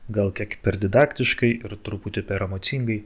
gal kiek per didaktiškai ir truputį per emocingai